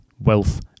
wealth